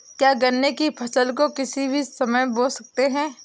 क्या गन्ने की फसल को किसी भी समय बो सकते हैं?